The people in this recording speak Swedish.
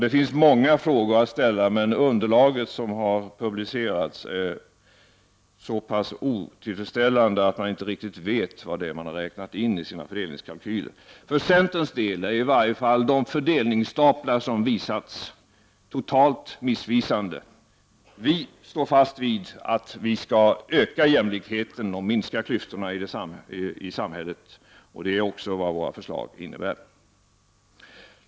Det finns många frågor att ställa, men det underlag som har publicerats är så pass osäkert att man inte riktigt vet vad som är inräknat i fördelningskalkylerna. För centerns del är i varje fall de fördelningsstaplar som har visats totalt missvisande. Vi står fast vid att vi skall öka jämlikheten och minska klyftorna i samhället, och det är också vad våra förslag innebär.